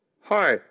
Hi